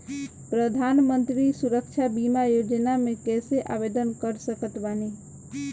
प्रधानमंत्री सुरक्षा बीमा योजना मे कैसे आवेदन कर सकत बानी?